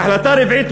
החלטה רביעית,